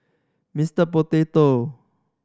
Mister Potato